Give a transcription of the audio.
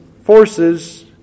forces